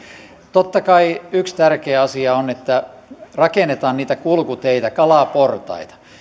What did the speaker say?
totta kai yksi tärkeä asia on että rakennetaan niitä kulkuteitä kalaportaita